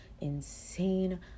insane